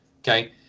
okay